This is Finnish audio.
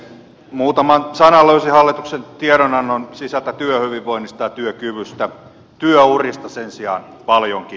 muutaman sanan löysin hallituksen tiedonannon sisältä työhyvinvoinnista ja työkyvystä työurista sen sijaan paljonkin